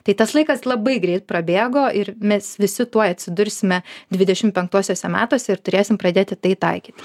tai tas laikas labai greit prabėgo ir mes visi tuoj atsidursime dvidešim penktuosiuose metuose ir turėsim pradėti tai taikyti